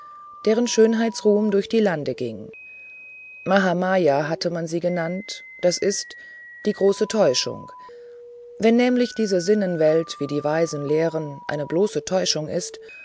deren schönheitsruhm durch die lande ging mahamaya hatte man sie genannt das ist die große täuschung wenn nämlich diese sinnenwelt wie die weisen lehren eine bloße täuschung ist